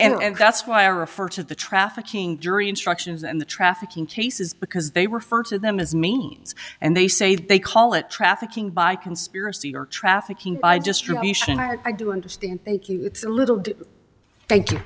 doesn't and that's why i refer to the trafficking jury instructions and the trafficking cases because they refer to them as means and they say they call it trafficking by conspiracy or trafficking by just remission i do understand thank you that's a little thank you